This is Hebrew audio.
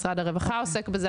משרד הרווחה עוסק בזה,